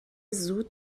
زود